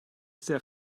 sehr